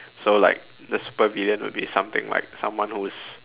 so like the super villain will be something like someone who's